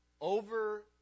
over